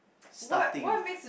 starting